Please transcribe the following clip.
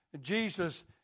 Jesus